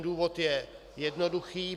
Důvod je jednoduchý: